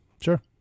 Sure